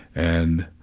and.